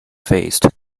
faced